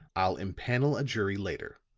i'll empanel a jury later.